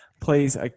Please